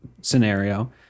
scenario